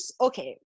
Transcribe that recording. Okay